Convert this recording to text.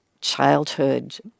childhood